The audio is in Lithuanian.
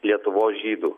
lietuvos žydų